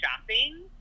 shopping